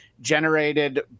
generated